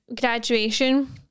graduation